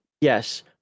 yes